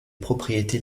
propriétés